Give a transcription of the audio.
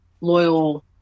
loyal